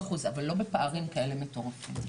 ב-20% אבל לא בפערים כאלה מטורפים.